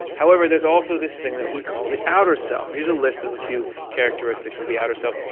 however there's also this thing that we call the outer self. here's a list of a few characteristics of the outer self.